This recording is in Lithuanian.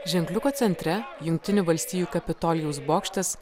ženkliuko centre jungtinių valstijų kapitolijaus bokštas